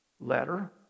letter